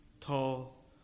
Tall